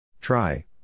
Try